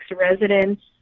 residents